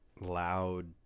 Loud